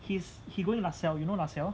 he's he going LASALLE you know LASALLE